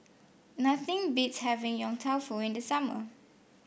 nothing beats having Yong Tau Foo in the summer